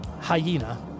hyena